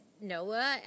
Noah